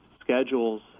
schedules